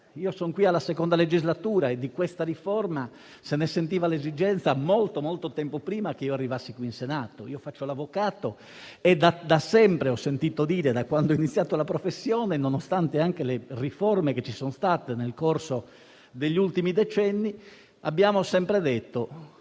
Sono alla mia seconda legislatura e di questa riforma si sentiva l'esigenza molto, molto tempo prima che arrivassi in Senato. Faccio l'avvocato e da sempre, da quando ho iniziato la professione, nonostante le riforme che ci sono state nel corso degli ultimi decenni, abbiamo sempre detto